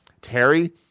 Terry